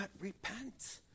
repent